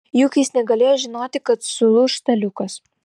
juk jis negalėjo žinoti kad sulūš staliukas